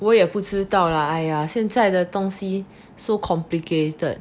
我也不知道 lah !aiya! 现在的东西 so complicated